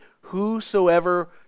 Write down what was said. whosoever